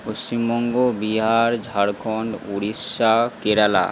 Paschimbanga Bihar Jharkhand Orissa Kerala